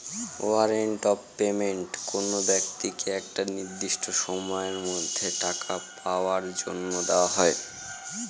warrant of payment কোনো ব্যক্তিকে একটা নির্দিষ্ট সময়ের মধ্যে টাকা পাওয়ার জন্য দেওয়া হয়